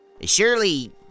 Surely